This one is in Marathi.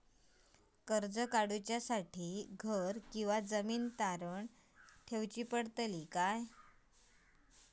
कर्ज काढच्या खातीर घराची किंवा जमीन तारण दवरूची पडतली?